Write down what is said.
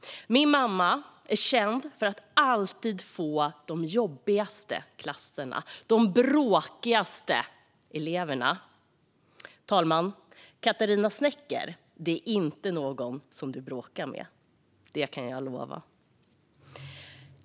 Min mamma är känd för att alltid få de jobbigaste klasserna, de bråkigaste eleverna. Herr talman, Katarina Snecker är inte någon du bråkar med; det kan jag lova.